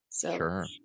Sure